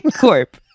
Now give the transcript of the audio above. corp